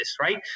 Right